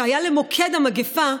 שהיה למוקד המגפה,